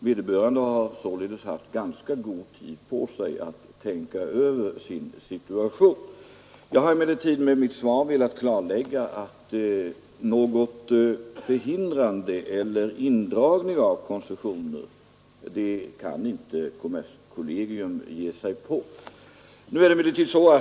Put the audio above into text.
Vederbörande har alltså haft ganska god tid på sig att tänka över sin situation. Med mitt svar har jag emellertid velat klarlägga att förhindrande eller indragning av koncessioner kan inte kommerskollegium ge sig in på.